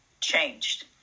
changed